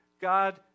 God